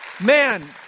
Man